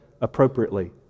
appropriately